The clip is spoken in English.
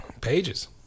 Pages